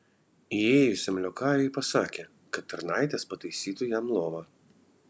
įėjusiam liokajui pasakė kad tarnaitės pataisytų jam lovą